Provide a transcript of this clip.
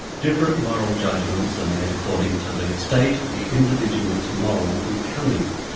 different moral judgements are made according to the state of the individual's moral becoming.